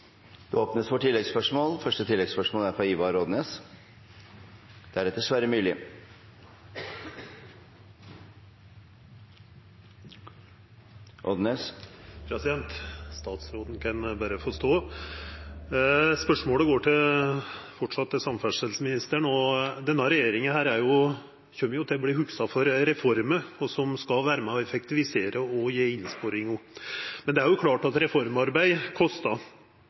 Odnes. Statsråden kan berre få stå, for spørsmålet går framleis til samferdselsministeren. Denne regjeringa kjem til å verta hugsa for reformer som skal vera med og effektivisera og gje innsparingar. Men det er òg klart at reformarbeid kostar.